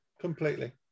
Completely